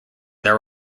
their